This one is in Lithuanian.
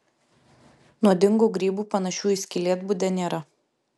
nuodingų grybų panašių į skylėtbudę nėra